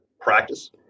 practice